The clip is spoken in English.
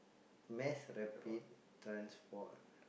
mass rapid transport